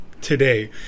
today